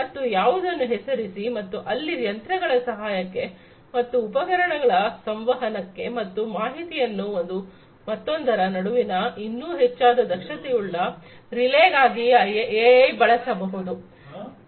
ಮತ್ತು ಯಾವುದನ್ನು ಹೆಸರಿಸಿ ಮತ್ತು ಅಲ್ಲಿ ಯಂತ್ರಗಳ ಸಹಾಯಕ್ಕೆ ಮತ್ತು ಉಪಕರಣಗಳ ಸಂವಹನಕ್ಕೆ ಮತ್ತು ಮಾಹಿತಿಯನ್ನು ಒಂದು ಮತ್ತೊಂದರ ನಡುವಿನ ಇನ್ನೂ ಹೆಚ್ಚಾದ ದಕ್ಷತೆಯುಳ್ಳ ರಿಲೇ ಗಾಗಿ ಎಐ ಬಳಸಬಹುದು